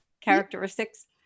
characteristics